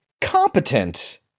competent